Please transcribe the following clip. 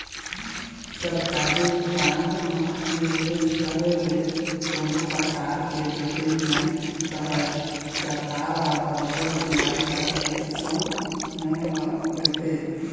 सरकारी बांड म निवेस करे ले कोनो परकार के जोखिम नइ रहय सरकार ह बरोबर बियाज दर के संग मूल ल देथे